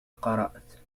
قرأت